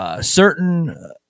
Certain